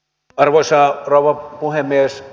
arvoisa rouva puhemies